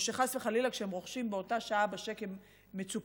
או שחס וחלילה כשהם רוכשים באותה שעה בשק"ם מצופה,